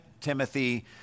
Timothy